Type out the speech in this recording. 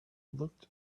looked